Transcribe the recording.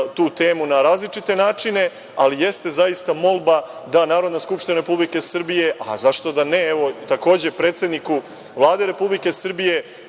tu temu na različite načine, ali jeste zaista molba da Narodna skupština Republike Srbije, a zašto da ne, takođe predsedniku Vlade Republike Srbije